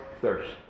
thirst